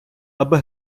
аби